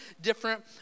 different